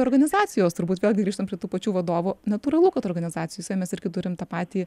organizacijos turbūt vėlgi grįžtam prie tų pačių vadovų natūralu kad organizacijose mes irgi turim tą patį